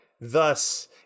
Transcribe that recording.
thus